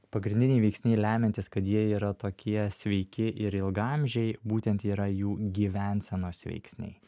pagrindiniai veiksniai lemiantys kad jie yra tokie sveiki ir ilgaamžiai būtent yra jų gyvensenos veiksniai